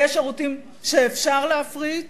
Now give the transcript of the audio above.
ויש שירותים שאפשר להפריט,